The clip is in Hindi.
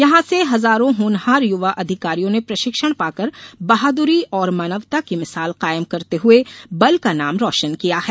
यहां से हजारों होनहार युवा अधिकारियों ने प्रशिक्षण पहरी पर प्रदर्श पाकर बहादुरी और मानवता की मिसाल कायम करते हुए बल का नाम रोशन किया है